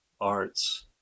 arts